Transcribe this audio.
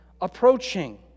approaching